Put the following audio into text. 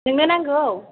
नोंनो नांगौ